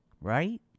Right